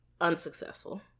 unsuccessful